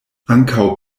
ankaŭ